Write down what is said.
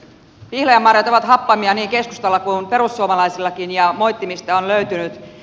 pihlajanmarjat ovat happamia niin keskustalla kuin perussuomalaisillakin ja moittimista on löytynyt